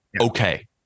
okay